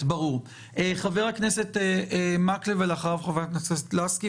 חבר הכנסת מקלב, בבקשה.